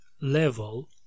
level